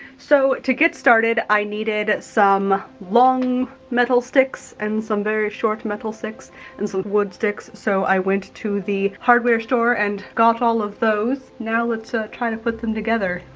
so to get started, i needed some long metal sticks and some very short metal sticks and some wood sticks. so i went to the hardware store and got all of those. now let's ah try and put them together.